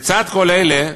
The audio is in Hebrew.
לצד כל אלה,